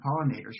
pollinators